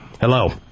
Hello